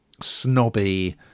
snobby